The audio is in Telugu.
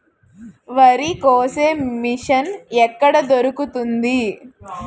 వరి కోసే మిషన్ ఎక్కడ దొరుకుతుంది?